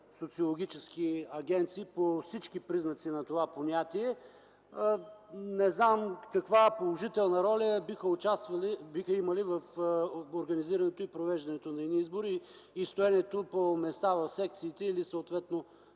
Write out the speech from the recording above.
социологически агенции по всички признаци на това понятие. Не знам каква положителна роля биха имали в организирането и провеждането на едни избори и стоенето по места в секциите, или съответно